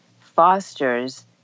fosters